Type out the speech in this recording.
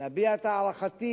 להביע את הערכתי